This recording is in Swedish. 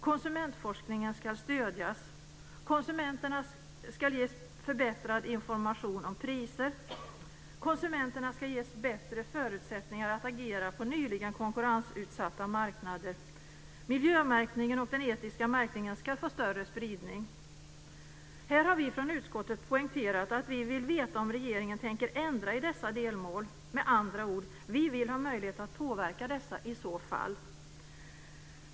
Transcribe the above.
· Konsumentforskningen ska stödjas. · Konsumenterna ska ges bättre förutsättningar att agera på nyligen konkurrensutsatta marknader. · Miljömärkningen och den etiska märkningen ska få större spridning. Här har vi poängterat att vi vill veta om regeringen tänker ändra i dessa delmål. Med andra ord vill vi ha möjlighet att påverka dessa i så fall.